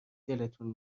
دلتون